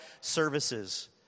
services